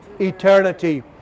eternity